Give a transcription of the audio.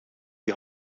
die